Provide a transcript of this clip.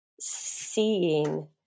seeing